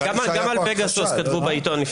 גם על פגסוס כתבו בעיתון.